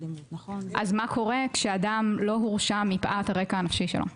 אז מה קורה כשאדם לא הורשע מפאת הרקע הנפשי שלו?